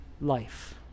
life